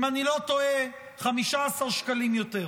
אם אני לא טועה, 15 שקלים יותר.